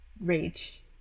rage